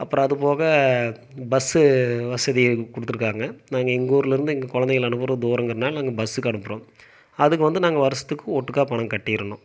அப்பறம் அது போக பஸ்ஸு வசதி கொடுத்துருக்காங்க நாங்கள் எங்கள் ஊர்லேருந்து எங்கள் குழந்தைகள அனுப்புறது தூரங்கிறதுனால நாங்கள் பஸ்ஸுக்கு அனுப்புகிறோம் அதுக்கு வந்து நாங்கள் வருஷத்துக்கு ஓட்டுக்கா பணம் கட்டிடணும்